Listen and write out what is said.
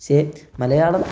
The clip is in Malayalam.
പക്ഷേ മലയാളം